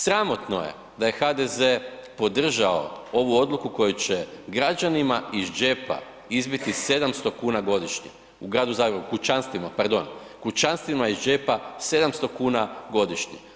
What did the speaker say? Sramotno je da je HDZ podržao ovu odluku koju će građanima iz džepa izbiti 700 kuna godišnje, u gradu Zagrebu, u kućanstvima pardon, u kućanstvima iz džepa 700 kn godišnje.